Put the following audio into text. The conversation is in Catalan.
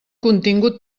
contingut